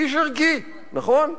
איש ערכי, נכון?